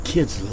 Kids